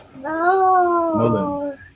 no